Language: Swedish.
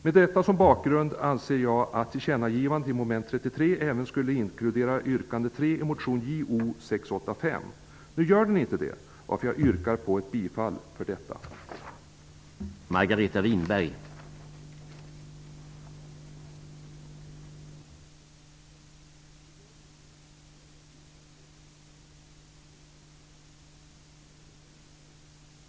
Med detta som bakgrund anser jag att tillkännagivandet i mom. 33 även borde inkludera yrkande 3 i motion Jo685. Jag yrkar bifall till detta förslag.